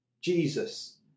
Jesus